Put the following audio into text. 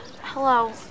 Hello